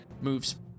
moves